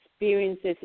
experiences